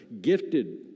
Gifted